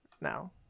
now